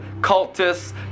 cultists